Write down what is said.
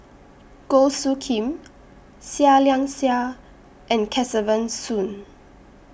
Goh Soo Khim Seah Liang Seah and Kesavan Soon